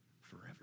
forever